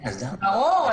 ברור.